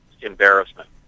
embarrassment